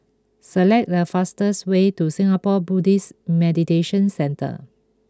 select the fastest way to Singapore Buddhist Meditation Centre